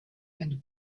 and